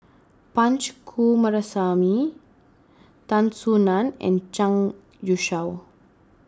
Punch Coomaraswamy Tan Soo Nan and Zhang Youshuo